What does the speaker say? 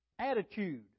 attitude